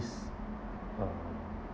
~s uh